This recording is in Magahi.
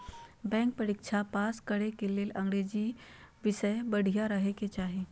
बैंक परीक्षा पास करे ले छात्र के अंग्रेजी विषय बढ़िया रहे के चाही